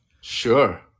Sure